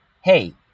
hey